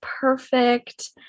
perfect